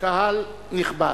קהל נכבד,